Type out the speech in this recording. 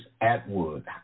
Atwood